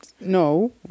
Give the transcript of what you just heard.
no